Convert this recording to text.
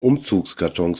umzugskartons